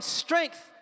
strength